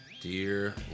Dear